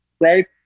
right